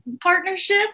partnership